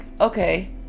okay